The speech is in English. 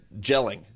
gelling